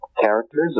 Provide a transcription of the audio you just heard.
Characters